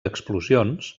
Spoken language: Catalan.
explosions